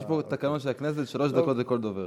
יש פה תקנון של הכנסת, שלוש דקות לכל דובר.